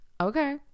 okay